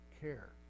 care